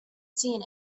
seen